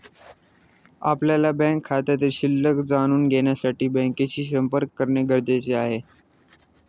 आपल्या बँक खात्यातील शिल्लक जाणून घेण्यासाठी बँकेशी संपर्क करणे गरजेचे आहे